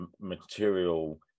material